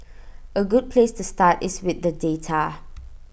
A good place to start is with the data